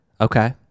Okay